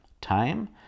time